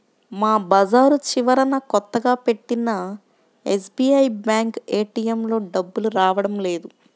మా బజారు చివరన కొత్తగా పెట్టిన ఎస్బీఐ బ్యేంకు ఏటీఎంలో డబ్బులు రావడం లేదు